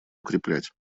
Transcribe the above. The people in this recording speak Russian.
укреплять